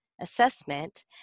assessment